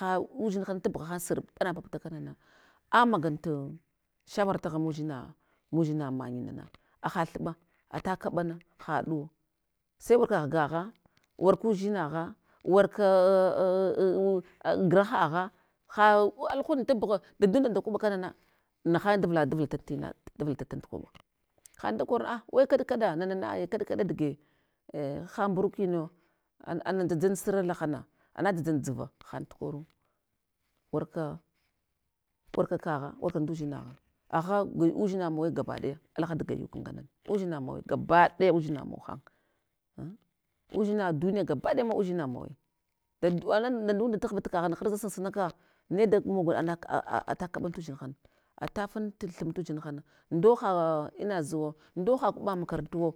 Ha udzinhana tabghahan surɓa na papta kanana, amagal tu shawara taghan mudzina mudzina manyina na haha thuɓa ata kaɓala, haɗuwo sai wurka ghagagha warku udzinagha, warka grahagya, ha alahunda tabugha dadunda nda kwaɓa kanana, nahanye davula davula tatina davulata tal tukwaɓa, ahadal da korna a wa kaɗ, kaɗ na nana kaɗ kaɗa dvge, a ha mburukinuwo, an ana dzadzal suva lahana ana dzadzal dzuva haɗul tukoru, warka kagha warka nduzinagha, aghagal udzina mawe gabaɗaya, alahat gayuk ngane udzina mawe gabadaya udzinamawa han an udzina duniya taghva tkaghan harza sunsunaka ne da mog alaka, a atakaɓal tudzinhana alafal tu thumung tudzinhana, ndo ha ina zuwa ndo ha kwaɓa makarantuwa